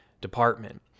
department